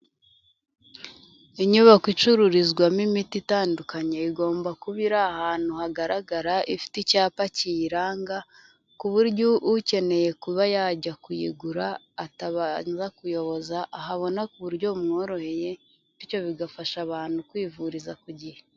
Inyubako icururizwamo imiti itandukanye igomba kuba iri ahantu hagaragara, ifite icyapa kiyiranga ku buryo ukeneye kuba yajya kuyigura atabanza kuyoboza ahabona ku buryo bumworoheye bityo bigafasha abantu kwivuriza ku gihe.